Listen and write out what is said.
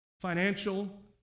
Financial